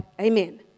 amen